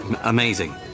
Amazing